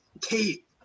Kate